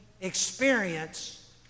experience